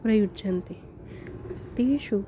प्रयुज्यन्ते तेषु